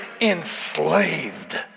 enslaved